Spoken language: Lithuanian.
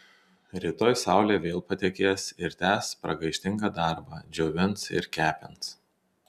rytoj saulė vėl patekės ir tęs pragaištingą darbą džiovins ir kepins